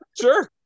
Sure